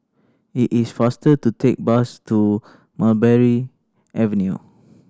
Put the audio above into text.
it is faster to take bus to Mulberry Avenue